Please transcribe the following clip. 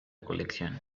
colección